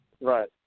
Right